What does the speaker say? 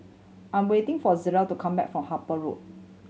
I'm waiting for Zillah to come back from Harper Road